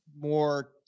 more